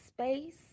space